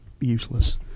useless